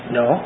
no